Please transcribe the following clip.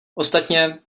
ostatně